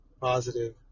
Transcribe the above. positive